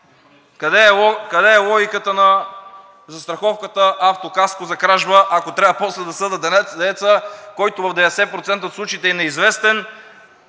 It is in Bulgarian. Къде е логиката на застраховката „Автокаско за кражба“, ако трябва после да съдя дееца, който в 90% от случаите е неизвестен,